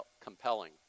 compelling